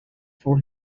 for